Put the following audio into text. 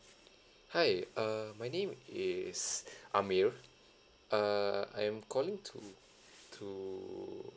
hi uh my name is amir err I'm calling to to